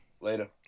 Later